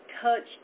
touched